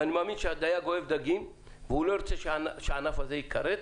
ואני מאמין שהדייג אוהב דגים והוא לא רוצה שהענף הזה ייכרת.